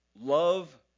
Love